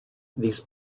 these